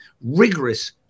rigorous